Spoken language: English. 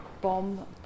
bomb